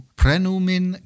prenumin